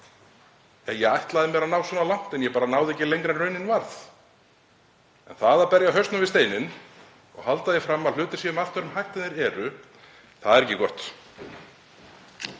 Ég ætlaði mér að ná svona langt en ég bara náði ekki lengra en raunin varð. Það að berja hausnum við steininn og halda því fram að hlutir séu með allt öðrum hætti en þeir eru — það er ekki gott.